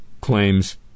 claims